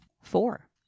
Four